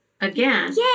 again